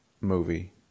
movie